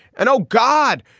and oh, god.